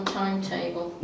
timetable